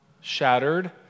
shattered